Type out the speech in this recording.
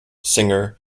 singer